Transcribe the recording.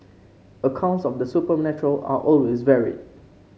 accounts of the supernatural are always varied